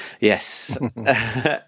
yes